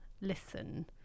listen